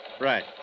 Right